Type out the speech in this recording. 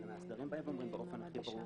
המאסדרים אומרים באופן הכי ברור